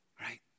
right